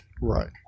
Right